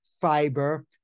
fiber